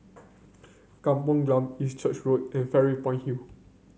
Kampong Glam East Church Road and Fairy Point Hill